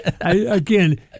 Again